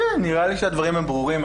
כן, נראה לי שהדברים הם ברורים.